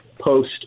post